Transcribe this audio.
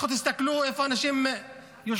לכו תסתכלו איפה אנשים ישנים.